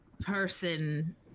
person